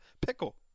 pickle